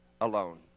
alone